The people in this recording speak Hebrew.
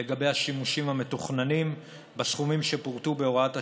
לגבי השימושים המתוכננים בסכומים שפורטו בהוראת השעה,